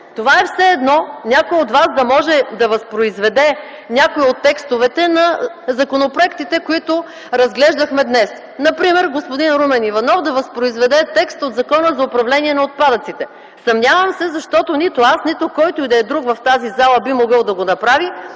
Това е все едно някой от вас да може да възпроизведе някои от текстовете на законопроектите, които разглеждахме днес. Например господин Румен Иванов да възпроизведе текст от Закона за управление на отпадъците. Съмнявам се, защото нито аз, нито който и да е друг в тази зала би могъл да го направи,